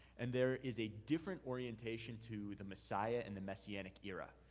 and there is a different orientation to the messiah in the messianic era.